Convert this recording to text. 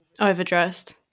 Overdressed